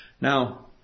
Now